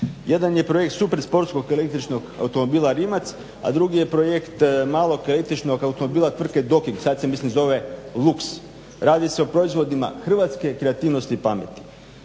Jedan je projekt super sportskog električnog automobila Rimac, a drugi je projekt malog električnog automobila tvrtke …, sad se mislim zove Lux. Radi se o proizvodima hrvatske kreativnosti i pameti.